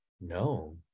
no